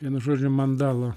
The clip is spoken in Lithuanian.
vienu žodžiu mandalo